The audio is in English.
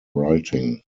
writing